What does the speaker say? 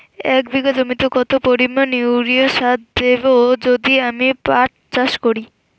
এক বিঘা জমিতে কত পরিমান ইউরিয়া সার দেব যদি আমি পাট চাষ করি?